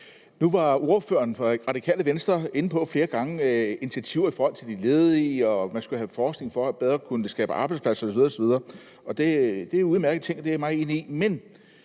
Nu var ordføreren fra Radikale Venstre flere gange inde på initiativer over for de ledige og på, at man skal lave forskning for bedre at kunne skabe arbejdspladser osv. osv. Det er udmærkede ting, og dem er jeg meget enig i.